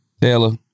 Taylor